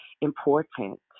important